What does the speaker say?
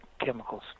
chemicals